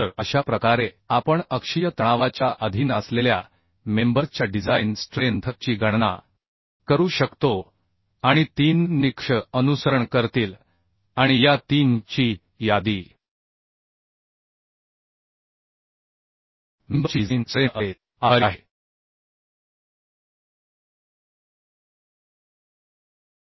तर अशा प्रकारे आपण अक्षीय तणावाच्या अधीन असलेल्या मेंबर च्या डिझाइन स्ट्रेंथ ची गणना करू शकतो आणि 3 निकष अनुसरण करतील आणि या 3 ची यादी मेंबर ची डिझाइन स्ट्रेंथ असेल